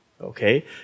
Okay